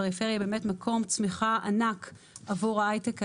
פריפריה היא באמת מקום צמיחה ענק עבור ההיי-טק הישראלי.